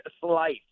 slice